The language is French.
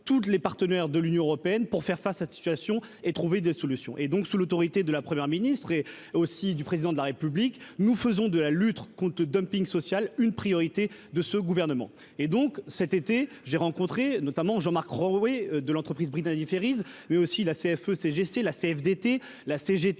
toutes les partenaires de l'Union européenne pour faire face à une situation et trouver des solutions et donc sous l'autorité de la Première ministre et aussi du président de la République, nous faisons de la lutte conte dumping social une priorité de ce gouvernement et donc cet été, j'ai rencontré notamment Jean-Marc Roué de l'entreprise bris d'indifférence mais aussi la CFE-CGC, la CFDT, la CGT,